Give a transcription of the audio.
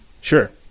Sure